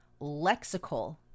Lexical